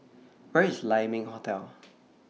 Where IS Lai Ming Hotel